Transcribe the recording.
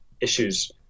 issues